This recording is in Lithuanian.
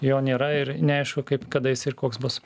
jo nėra ir neaišku kaip kada jis ir koks bus